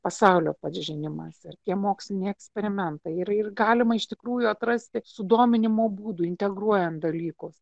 pasaulio pažinimas ir tie moksliniai eksperimentai ir ir galima iš tikrųjų atrasti sudominimo būdų integruojant dalykus